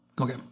Okay